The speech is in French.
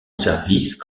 service